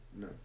No